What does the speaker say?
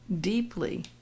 deeply